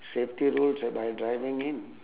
safety rules by driving in